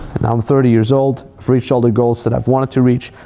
and now i'm thirty years old, i've reached all the goals that i've wanted to reach,